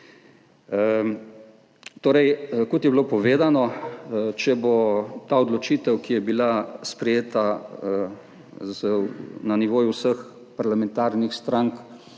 Kot je bilo povedano, če bo ta odločitev, ki je bila sprejeta na nivoju vseh parlamentarnih strank,